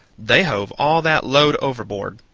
they hove all that load overboard.